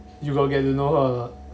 you got get to know her or not